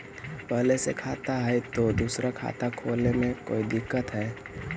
पहले से खाता है तो दूसरा खाता खोले में कोई दिक्कत है?